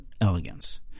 elegance